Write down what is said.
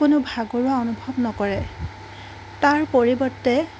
কোনো ভাগৰুৱা অনুভৱ নকৰে তাৰ পৰিৱৰ্তে